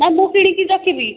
ନା ମୁଁ କିଣିକି ରଖିବି